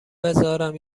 بذارم